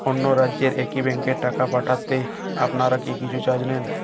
অন্য রাজ্যের একি ব্যাংক এ টাকা পাঠালে আপনারা কী কিছু চার্জ নেন?